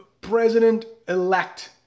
President-elect